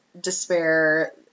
despair